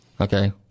Okay